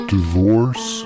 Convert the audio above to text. Divorce